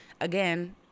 again